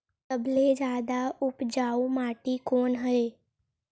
सबले जादा उपजाऊ माटी कोन हरे?